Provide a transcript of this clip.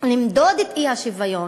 למדוד את האי-שוויון,